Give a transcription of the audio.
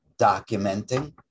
documenting